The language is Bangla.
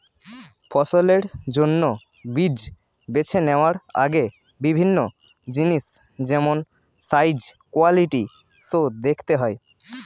ফসলের জন্য বীজ বেছে নেওয়ার আগে বিভিন্ন জিনিস যেমন সাইজ, কোয়ালিটি সো দেখতে হয়